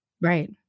Right